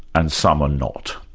and some are not.